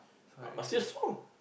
but still strong